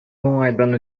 уңайдан